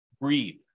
Breathe